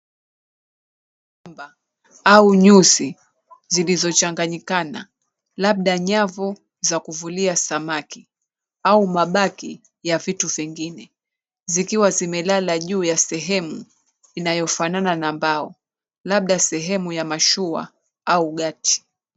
Nyumba au nyusi zilizo changanyikana labda nyavu za kuvulia samaki au mabaki ya vitu vingine zikiwa zimelala juu ya sehemu inayofanana na mbao labda sehemu ya mashua au gati.